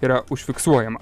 yra užfiksuojama